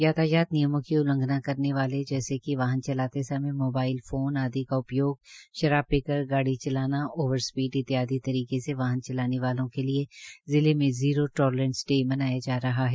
यातायात नियमों की उल्लघंना करने वालों जैसे कि वाहन चलाते समय मोबाइल फोन आदि का उपयोग शराब पर कर गाड़ी चलाना ओवर स्पीड इत्यादि तरीके से वाहन चलाने वालों के लिये जिले में जीरो टोलरेंस डे मनाया जा रहा है